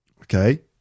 okay